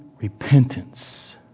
repentance